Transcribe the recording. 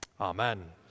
Amen